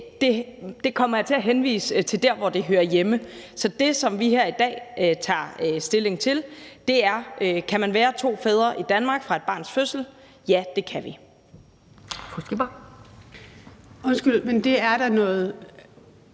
det kommer jeg til at henvise til der, hvor det hører hjemme. Så det, som vi her i dag tager stilling til, er: Kan man være to fædre i Danmark fra et barns fødsel? Ja, det kan vi.